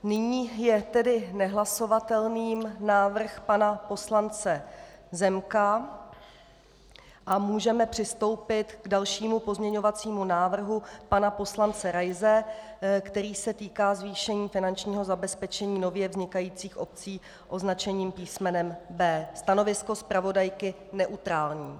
Nyní je tedy nehlasovatelným návrh pana poslance Zemka a můžeme přistoupit k dalšímu pozměňovacímu návrhu pana poslance Raise, který se týká zvýšení finančního zabezpečení nově vznikajících obcí, označený písmenem B. Stanovisko zpravodajky neutrální.